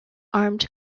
armed